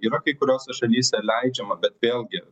yra kai kuriose šalyse leidžiama bet vėlgi